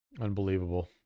Unbelievable